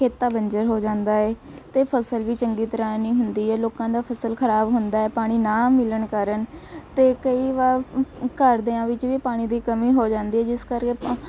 ਖੇਤ ਬੰਜਰ ਹੋ ਜਾਂਦਾ ਏ ਅਤੇ ਫਸਲ ਵੀ ਚੰਗੀ ਤਰ੍ਹਾਂ ਨਹੀਂ ਹੁੰਦੀ ਏ ਲੋਕਾਂ ਦਾ ਫਸਲ ਖਰਾਬ ਹੁੰਦਾ ਹੈ ਪਾਣੀ ਨਾ ਮਿਲਣ ਕਾਰਨ ਅਤੇ ਕਈ ਵਾਰ ਘਰਦਿਆਂ ਵਿੱਚ ਵੀ ਪਾਣੀ ਦੀ ਕਮੀ ਹੋ ਜਾਂਦੀ ਜਿਸ ਕਰਕੇ ਆਪਾਂ